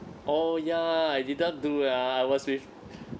oh ya I did not do ah I was with